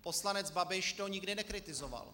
Poslanec Babiš to nikdy nekritizoval.